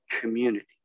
community